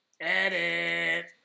Edit